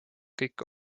kõiki